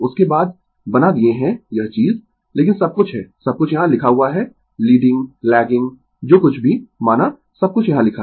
उसके बाद बना दिए है यह चीज लेकिन सब कुछ है सब कुछ यहाँ लिखा हुआ है लीडिंग लैगिंग जो कुछ भी माना सब कुछ यहाँ लिखा है